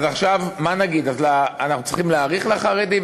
אז עכשיו מה נגיד, אנחנו צריכים להאריך לחרדים?